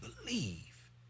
believe